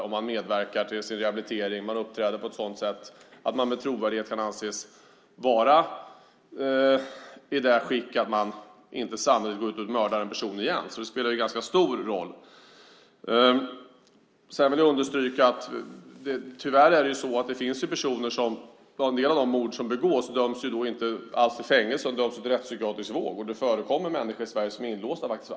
Om man medverkar till sin rehabilitering och uppträder på ett sådant sätt att man med trovärdighet kan anses vara i sådant skick att man sannolikt inte återigen mördar någon är helt avgörande. Detta spelar alltså ganska stor roll. Tyvärr finns det personer som i samband med en del mord inte alls döms till fängelse utan till rättspsykiatrisk vård. Det förekommer att människor i Sverige är inlåsta för evigt.